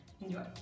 Enjoy